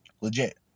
Legit